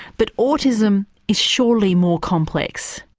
but autism is surely more complex.